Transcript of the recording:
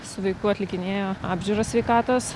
su vaiku atlikinėjo apžiūrą sveikatos